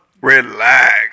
Relax